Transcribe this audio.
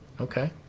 Okay